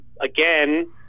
again